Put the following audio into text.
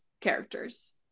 characters